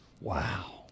Wow